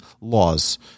laws